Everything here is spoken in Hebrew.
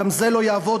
גם זה לא יעבוד,